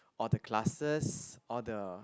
all the classes all the